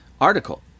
article